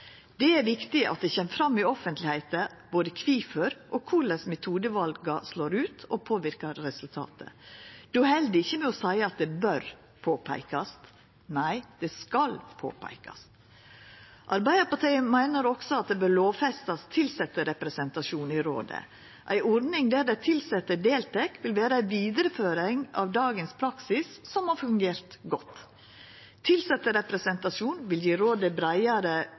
Det er viktig at det kjem fram i offentlegheita både kvifor og korleis metodevala slår ut og påverkar resultatet. Då held det ikkje å seia at det bør peikast på – nei: Det skal peikast på. Arbeidarpartiet meiner også at det bør lovfestast tilsetterepresentasjon i rådet. Ei ordning der dei tilsette deltek, vil vera ei vidareføring av dagens praksis, som har fungert godt. Tilsetterepresentasjon vil gje rådet breiare